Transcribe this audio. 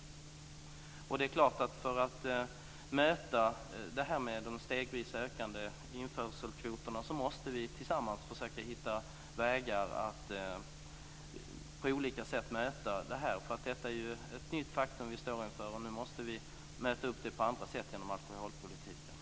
Sedan är det klart att vi tillsammans måste försöka hitta olika vägar att för att möta detta med de stegvis ökande införselkvoterna. Detta är ju ett nytt faktum vi står inför. Nu måste vi möta det på andra sätt genom alkoholpolitiken.